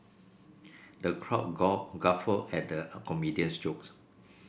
the crowd guffawed at the a comedian's jokes